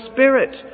Spirit